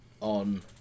on